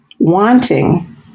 wanting